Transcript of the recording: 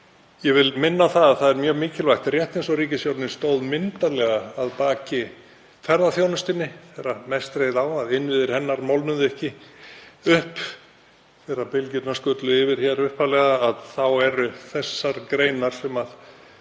Ég vil minna á að það er mjög mikilvægt, að rétt eins og ríkisstjórnin stóð myndarlega að baki ferðaþjónustunni þegar mest reið á til að innviðir hennar molnuðu ekki upp þegar bylgjurnar skullu yfir hér upphaflega, þá eru þær greinar sem